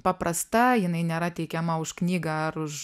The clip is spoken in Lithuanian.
paprasta jinai nėra teikiama už knygą ar už